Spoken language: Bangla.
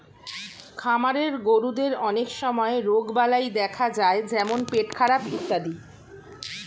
খামারের গরুদের অনেক সময় রোগবালাই দেখা যায় যেমন পেটখারাপ ইত্যাদি